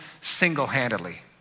single-handedly